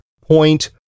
point